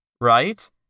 right